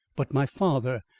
but my father,